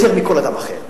יותר מכל אדם אחר,